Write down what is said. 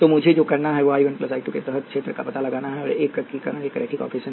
तो मुझे जो करना है वह I 1 I 2 के तहत क्षेत्र का पता लगाना है और एकीकरण एक रैखिक ऑपरेशन है